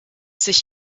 sich